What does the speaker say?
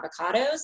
avocados